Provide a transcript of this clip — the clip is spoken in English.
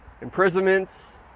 Imprisonments